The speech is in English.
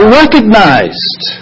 recognized